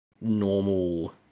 normal